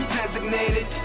designated